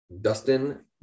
Dustin